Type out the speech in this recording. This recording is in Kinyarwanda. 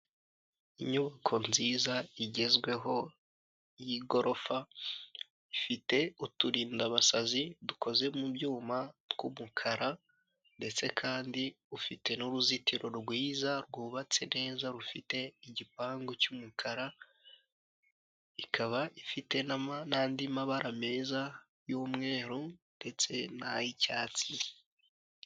Inyubako nziza igezweho y'igorofa, ifite uturindabasazi dukoze mu byuma tw'umukara ndetse kandi ifite n'uruzitiro rwiza rwubatse neza rufite igipangu cy'umukara ikaba ifite n'andi mabara meza y'mweru ndetse n'ay'icyatsi.